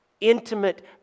intimate